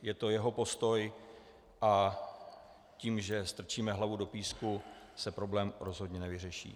Je to jeho postoj a tím, že strčíme hlavu do písku, se problém rozhodně nevyřeší.